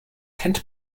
tent